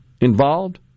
involved